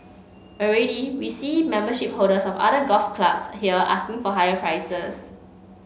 already we see membership holders of other golf clubs here asking for higher prices